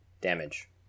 damage